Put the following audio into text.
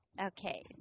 Okay